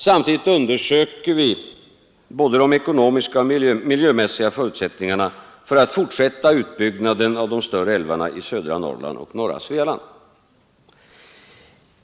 Samtidigt undersöker vi både de ekonomiska och de miljömässiga förutsättningarna för att fortsätta utbyggnaden av de större älvarna i södra Norrland och norra Svealand.